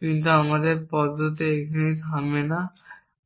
কিন্তু আমাদের পদ্ধতি এখানেই থামে না